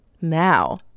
now